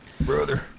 Brother